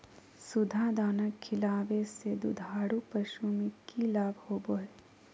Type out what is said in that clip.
सुधा दाना खिलावे से दुधारू पशु में कि लाभ होबो हय?